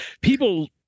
People